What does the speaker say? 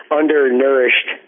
undernourished